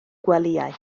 gwelyau